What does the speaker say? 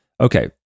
Okay